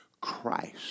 Christ